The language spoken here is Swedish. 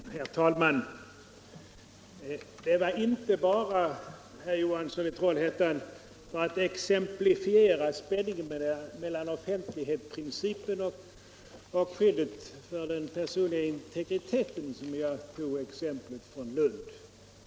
Herr talman! Det var inte bara, herr Johansson i Trollhättan, för att exemplifiera spänningen mellan offentlighetsprincipen och skyddet för den personliga integriteten som jag tog exemplet från Lund.